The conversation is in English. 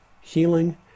healing